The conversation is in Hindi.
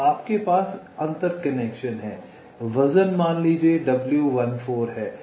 तो आपके पास अंतर कनेक्शन हैं वजन मान लीजिये w14 है